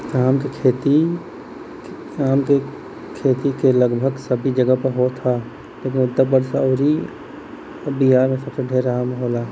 आम क खेती त लगभग सब जगही पे होत ह लेकिन उत्तर प्रदेश अउरी बिहार में सबसे ढेर आम होला